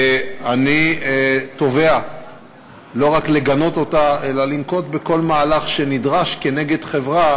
ואני תובע לא רק לגנות אותה אלא לנקוט כל מהלך שנדרש כנגד חברה